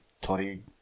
Toddy